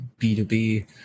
B2B